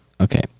Okay